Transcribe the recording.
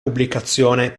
pubblicazione